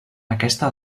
aquesta